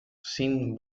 sin